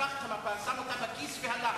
לקח את המפה, שם אותה בכיס והלך.